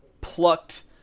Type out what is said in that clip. plucked